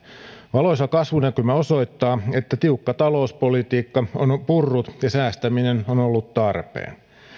valoisa kasvunäkymä osoittaa että tiukka talouspolitiikka on purrut ja säästäminen on ollut tarpeen